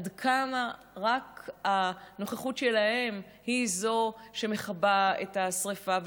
עד כמה רק הנוכחות שלהם היא שמכבה את השרפה,